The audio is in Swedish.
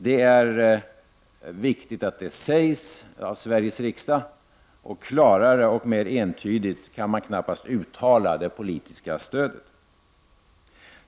Det är viktigt att det sägs av Sveriges riksdag, och klarare och mer entydigt kan man knappast uttala sitt politiska stöd.